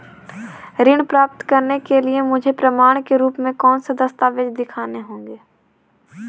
ऋण प्राप्त करने के लिए मुझे प्रमाण के रूप में कौन से दस्तावेज़ दिखाने होंगे?